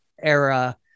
era